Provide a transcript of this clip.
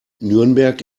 nürnberg